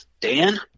Dan